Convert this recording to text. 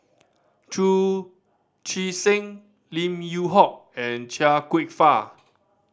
Chu Chee Seng Lim Yew Hock and Chia Kwek Fah